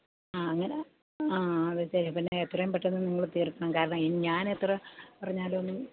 ആ അങ്ങനെ ആ അകത്തെ പിന്നെ എത്രയും പെട്ടെന്ന് നിങ്ങൾ തീർക്കണം കാരണം ഇനി ഞാനെത്ര പറഞ്ഞാലും ഒന്നും